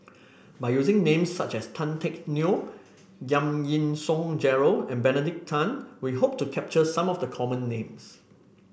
by using names such as Tan Teck Neo Giam Yean Song Gerald and Benedict Tan we hope to capture some of the common names